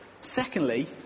Secondly